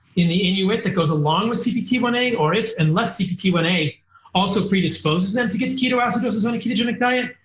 in the inuit that goes along with c p t one a or if unless c p t one a also predisposes them to gets ketoacidosis on a ketogenic diet,